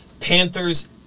Panthers